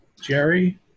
Jerry